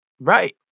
Right